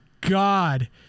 God